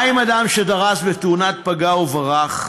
מה עם אדם שדרס בתאונת פגע וברח?